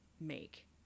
make